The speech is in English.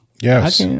Yes